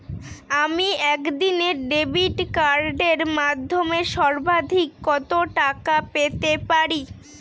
আমি একদিনে ডেবিট কার্ডের মাধ্যমে সর্বাধিক কত টাকা পেতে পারি?